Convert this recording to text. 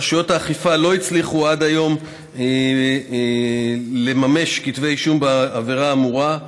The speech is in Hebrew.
רשויות האכיפה לא הצליחו עד היום לממש כתבי אישום בעבירה האמורה,